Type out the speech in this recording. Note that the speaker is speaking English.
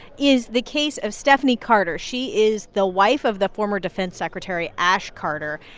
is the case of stephanie carter. she is the wife of the former defense secretary ash carter.